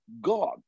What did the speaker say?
God